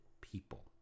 people